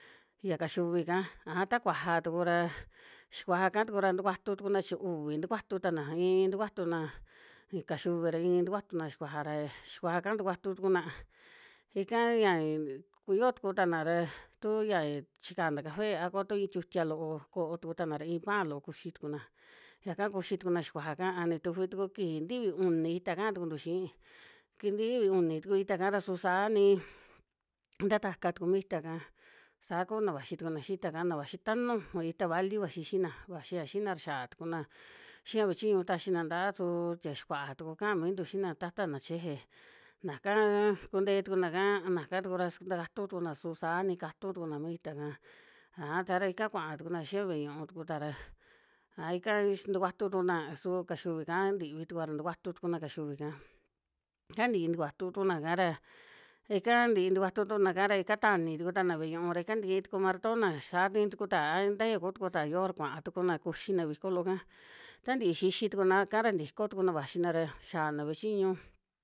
Ya kaxiuvi'ka aja ta kuaja tuku ra, xikuaja'ka ra tukuatu tukuna chi uvi tukuatu'tana, iin tukua'tuna kaxiuvi ra iin tukua'tuna xikuaja ra, xikuaja'ka tukuatu tukuna ika ya yuo tuku'tana ra, tu ya chikana café a ko tu iin tiutia loo ko'o tuku'tana ra, iin pan loo kuxi tukuna, yaka kuxi tukuna xikuaja'ka a ni tufi tuku kiji ntivi uni ita kaa tukuntu xii, kifi ntiviuni tuku ita'ka ra su saa nin nta taka tuku mi ita'ka, saa kuna vaxi tukuna xii ita'ka, na vaxi ta nuju ita vali vaxi xiina, vaxia xiina ra xiaa tukuna xia ve'e chiñu naxina ntaa su tie xikua'a tuku kaa mintu xiina tata na cheje, naaka kuntee tuku naaka, a naka tuku ra su takatu tukuna su saa ni katu tukuna mi ita'ka, aja saa ra ika kuaa tukuna xia ve'e ñu'u tuku ta ra, a ika xi tukuatu tukuna su kaxiuvi'ka ntivi tukua ra tukutu tukuna kaxiuvi'ka. ta ntii tukuatu tukuna ika ra, ika ntii tukuatuna'ka ra ika tani tuku tana ve'e ñu'ú ra ika tikii tuku marton na, saa ni tukuta nta ya kuu tukuta ya yoo, kuaa tukuna kuxina viko loo'ka, ta ntii xixi tukunaa ika ra ntiko tukuna vaxina ra xiaana ve'e chiñu.